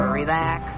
relax